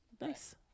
Nice